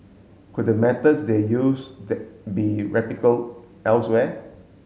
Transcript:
could the methods they use the be elsewhere